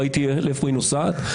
וראיתי לאיפה היא נוסעת,